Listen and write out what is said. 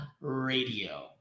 Radio